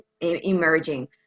emerging